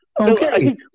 Okay